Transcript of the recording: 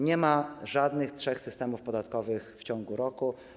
Nie ma żadnych trzech systemów podatkowych w ciągu roku.